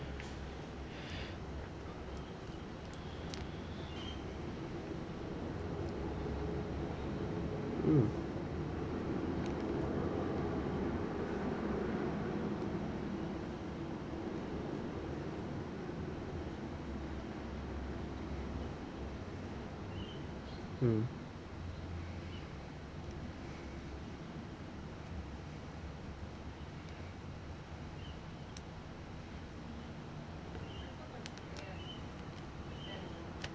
mm mm